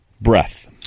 Breath